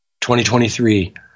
2023